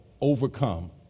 overcome